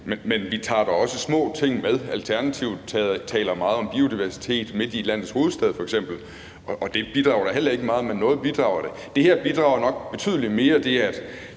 men vi tager da også små ting med. Alternativet taler f.eks. meget om biodiversitet midt i landets hovedstad, og det bidrager da heller ikke meget, men noget bidrager det. Det her bidrager nok betydelig mere,